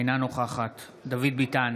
אינה נוכחת דוד ביטן,